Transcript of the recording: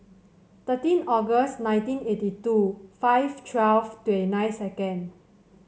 thirteen August nineteen eighty two five twelve twenty nine second